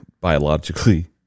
biologically